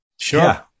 Sure